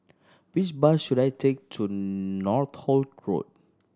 which bus should I take to Northolt Road